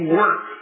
work